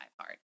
hard